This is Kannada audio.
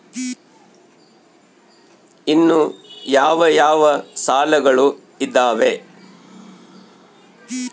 ಇನ್ನು ಯಾವ ಯಾವ ಸಾಲಗಳು ಇದಾವೆ?